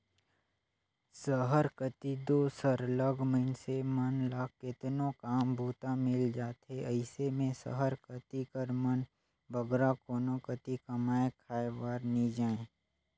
सहर कती दो सरलग मइनसे मन ल केतनो काम बूता मिल जाथे अइसे में सहर कती कर मन बगरा कोनो कती कमाए खाए बर नी जांए